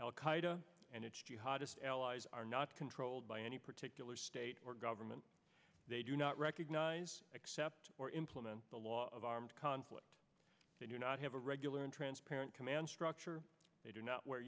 qaeda and its jihadist allies are not controlled by any particular state or government they do not recognize accept or implement the law of armed conflict they do not have a regular and transparent command structure they do not wear